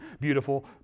beautiful